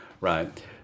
right